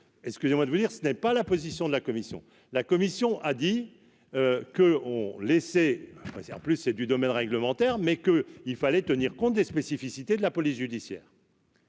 j'ai, moi de vous dire, ce n'est pas la position de la commission, la commission a dit que on laissé sert plus, c'est du domaine réglementaire mais que il fallait tenir compte des spécificités de la police judiciaire.